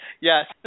Yes